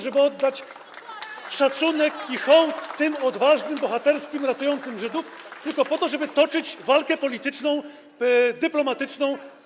żeby oddać szacunek i hołd tym odważnym, bohaterskim, ratującym Żydów, tylko po to, żeby toczyć walkę polityczną, dyplomatyczną.